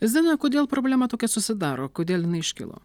zina kodėl problema tokia susidaro kodėl jinai iškilo